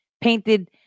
painted